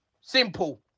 Simple